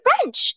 French